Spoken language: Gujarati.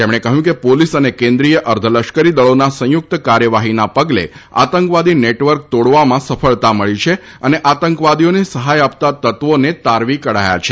તેમણે કહ્યું કે પોલીસ અને કેન્દ્રીય અર્ધલશ્કરી દળીના સંયુક્ત કાર્યવાહીના પગલે આંતકવાદી નેટવર્ક તોડવામાં સફળતા મળી છે અને આંતકવાદીઓને સહાય આપતા તત્વોને તારવી કઢાયા છે